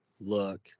Look